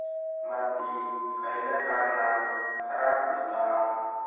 माती खयल्या कारणान खराब हुता?